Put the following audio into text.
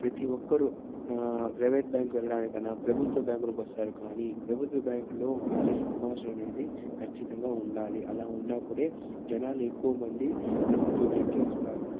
ప్రతి ఒక్కరూ private bank వెళ్లడానికన్నా ప్రభుత్వ బ్యాంకులోకి వస్తారు కానీ ప్రభుత్వ బ్యాంకులో మంచి సంభాషణ అనేది ఖచ్చితంగా ఉండాలి అలా ఉన్నప్పుడే జనాలు ఎక్కువమంది ప్రభుత్వ బ్యాంకుకి వస్తారు